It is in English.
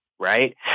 right